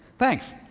thanks.